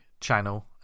channel